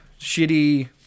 shitty